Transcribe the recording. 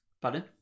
pardon